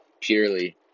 purely